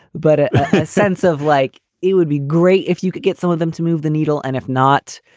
but a sense of like it would be great if you could get some of them to move the needle. and if not.